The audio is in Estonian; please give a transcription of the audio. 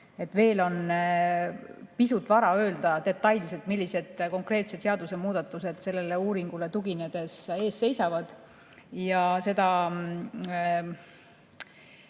et veel on pisut vara öelda detailselt, millised konkreetsed seadusemuudatused sellele uuringule tuginedes ees seisavad.